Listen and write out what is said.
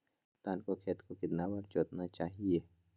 धान के खेत को कितना बार जोतना चाहिए?